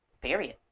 Period